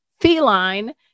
feline